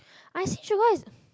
I see sugar is